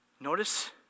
Notice